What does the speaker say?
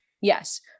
Yes